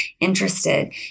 interested